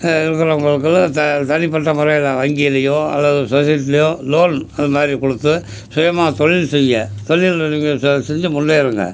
இருக்கிறவங்களுக்குலாம் த தனிப்பட்ட முறைல வங்கிலேயோ அல்லது சொஸைட்டிலியோ லோன் அது மாதிரி கொடுத்து சுயமாக தொழில் செய்ய தொழிலில் நீங்கள் செஞ்சு முன்னேறுங்கள்